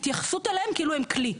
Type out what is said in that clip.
ההתייחסות אליהם היא כאילו הם כלי,